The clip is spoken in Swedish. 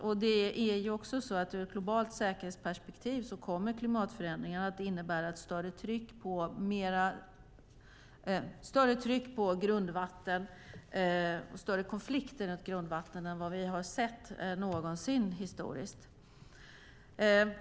Det är också så att klimatförändringarna ur ett globalt säkerhetsperspektiv kommer att innebära ett större tryck på och en större konflikt när det gäller grundvatten än vi någonsin har sett historiskt.